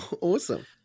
Awesome